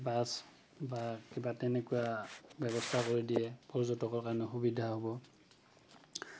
bus বা কিবা তেনেকুৱা ব্যৱস্থা কৰি দিয়ে পৰ্যটকৰ কাৰণে সুবিধা হ'ব